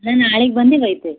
ನಾನು ನಾಳೆಗೆ ಬಂದು ಹೋಗ್ತೆ